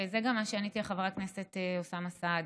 וזה מה שעניתי לחבר הכנסת אוסאמה סעדי.